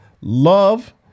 love